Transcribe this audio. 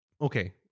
Okay